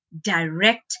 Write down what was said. direct